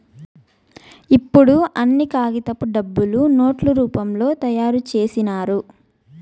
ఇప్పుడు అన్ని కాగితపు డబ్బులు నోట్ల రూపంలో తయారు చేసినారు